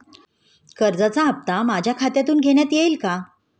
कर्जाचा हप्ता माझ्या खात्यातून घेण्यात येईल का?